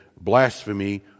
blasphemy